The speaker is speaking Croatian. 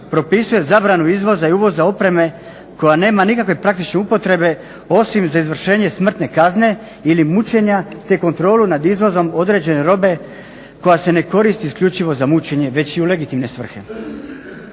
propisuje zabranu izvoza i uvoza opreme koja nema nikakve praktične upotrebe osim za izvršenje smrtne kazne ili mučenja te kontrolu nad izvozom određene robe koja se ne koristi isključivo za mučenje već i u legitimne svrhe.